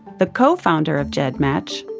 the co-founder of gedmatch,